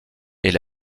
est